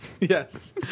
Yes